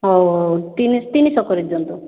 ହେଉ ତିନି ତିନିଶହ କରିଦିଅନ୍ତୁ